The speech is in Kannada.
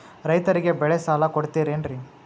ರೈತರಿಗೆ ಬೆಳೆ ಸಾಲ ಕೊಡ್ತಿರೇನ್ರಿ?